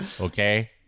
Okay